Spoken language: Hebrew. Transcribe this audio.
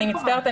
אני מצטערת,